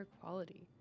Quality